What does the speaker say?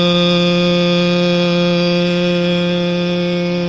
a